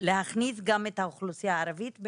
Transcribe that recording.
בהכנסה גם של האוכלוסייה הערבית.